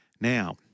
Now